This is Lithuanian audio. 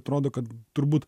atrodo kad turbūt